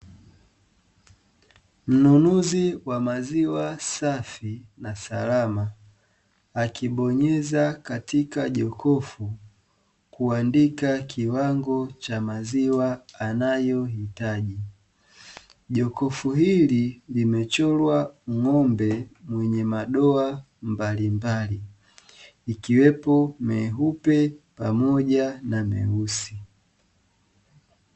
Mnunuzi wa maziwa safi na salama akibonyeza katika jokofu kuandika kiwango cha maziwa anayohitaji. Jokofu hili limechorwa ng’ombe mwenye madoa mbalimbali, ikiwepo meupe pamoja na meusi.